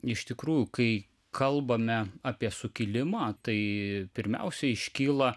iš tikrųjų kai kalbame apie sukilimą tai pirmiausia iškyla